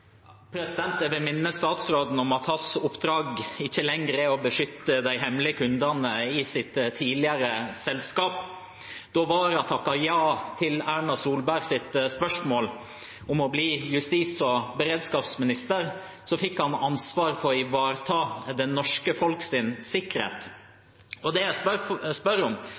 Jeg vil minne statsråden om at hans oppdrag ikke lenger er å beskytte de hemmelige kundene i sitt tidligere selskap. Da Wara takket ja til Erna Solbergs spørsmål om å bli justis- og beredskapsminister, fikk han ansvar for å ivareta det norske folks sikkerhet. Det jeg spør om, er jo ikke om